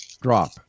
Drop